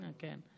כן.